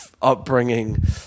upbringing